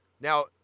Now